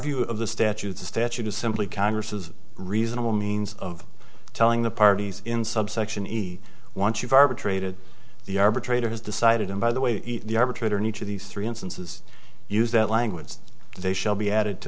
view of the statute the statute is simply congress's reasonable means of telling the parties in subsection e once you've arbitrated the arbitrator has decided and by the way the arbitrator in each of these three instances use that language they shall be added to